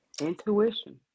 intuition